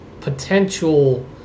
potential